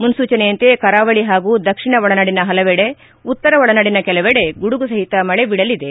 ಮುನೂಚನೆಯಂತೆ ಕರಾವಳ ಹಾಗೂ ದಕ್ಷಿಣ ಒಳನಾಡಿನ ಹಲವೆಡೆ ಉತ್ತರ ಒಳನಾಡಿನ ಕೆಲವೆಡೆ ಗುಡುಗುಸಹಿತ ಮಳೆ ಬೀಳಲಿದೆ